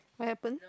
what happen